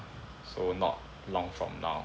so not long from now